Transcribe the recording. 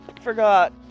forgot